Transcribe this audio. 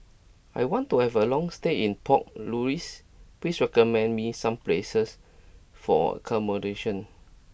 I want to have a long stay in Port Louis please recommend me some places for accommodation